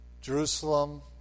Jerusalem